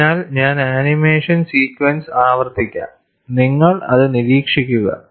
അതിനാൽ ഞാൻ animation sequence ആവർത്തിക്കാം നിങ്ങൾ അതു നിരീക്ഷിക്കുക